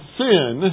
sin